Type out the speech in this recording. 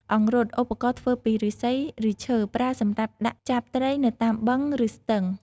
អង្រុត ឧបករណ៍ធ្វើពីឫស្សី ឬឈើ ប្រើសម្រាប់ដាក់ចាប់ត្រីនៅតាមបឹង ឬស្ទឹង។